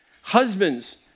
Husbands